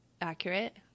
accurate